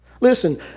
Listen